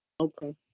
Okay